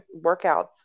workouts